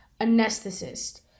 anesthetist